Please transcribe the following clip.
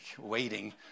waiting